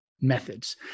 methods